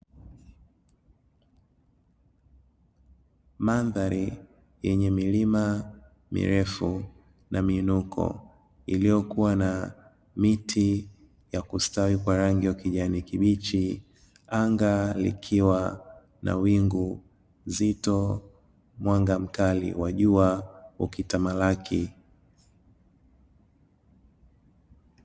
Mandhari yenye milima mirefu na miinuko iliyokuwa na miti ya kustawi kwa rangi ya kijani kibichi. Anga likiwa na wingu zito mwanga mkali wa jua ukitamalaki.